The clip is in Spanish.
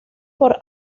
por